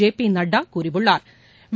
JP Nadda கூறியுள்ளா்